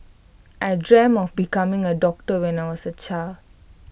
I dreamt of becoming A doctor when I was A child